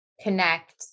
connect